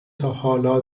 تاحالا